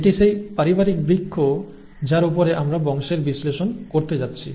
এটি সেই পারিবারিক বৃক্ষ যার উপরে আমরা বংশের বিশ্লেষণ করতে যাচ্ছি